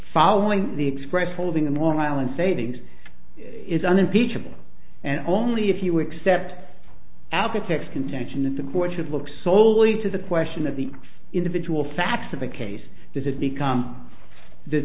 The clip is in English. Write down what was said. following the express holding in long island savings is unimpeachable and only if you accept aftertax contention that the court should look soley to the question of the individual facts of a case does it become that